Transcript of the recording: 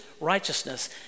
righteousness